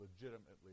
legitimately